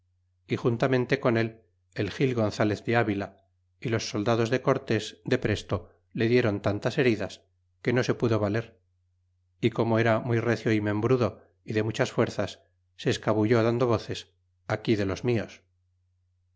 y juntamente con él el gil gonzalez de avila y los soldados de cortés depresto le diéron tantas heridas que no se pudo valer y como era muy recio é membrudo y de muchas fuerzas se escabulló dando voces aquí de los mios